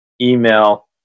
email